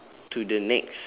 to the next